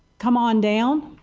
come on down.